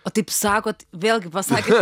o taip sakot vėlgi pasakėt